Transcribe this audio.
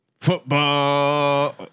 Football